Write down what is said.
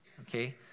okay